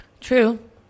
True